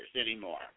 anymore